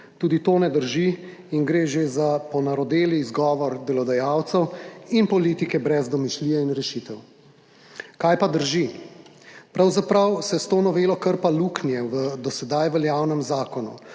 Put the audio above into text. Tudi to ne drži in gre že za ponarodeli izgovor delodajalcev in politike brez domišljije in rešitev. Kaj pa drži? Pravzaprav se s to novelo krpa luknje v do sedaj veljavnem zakonu,